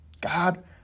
God